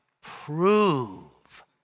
prove